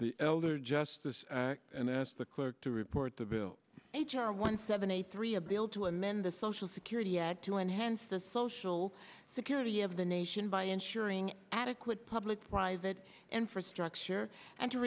the elder justice and asked the clerk to report the bill h r one seventy three a bill to amend the social security act to enhance the social security of the nation by ensuring adequate public private infrastructure and to